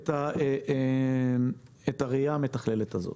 את הראייה המתכללת הזאת.